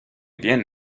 bien